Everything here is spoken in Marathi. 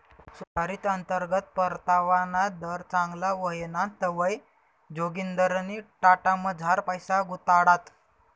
सुधारित अंतर्गत परतावाना दर चांगला व्हयना तवंय जोगिंदरनी टाटामझार पैसा गुताडात